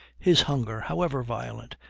his hunger, however violent,